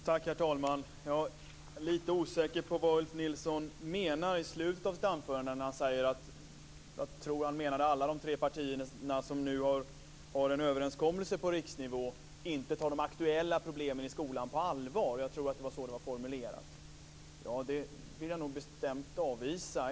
Herr talman! Jag är lite osäker på vad Ulf Nilsson menar i slutet av sitt anförande, men jag tror att han menade att alla de tre partier som nu har en överenskommelse på riksnivå inte tar de aktuella problemen i skolan på allvar. Jag tror att det var så det var formulerat. Det vill jag nog bestämt avvisa.